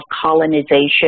colonization